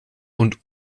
und